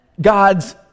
God's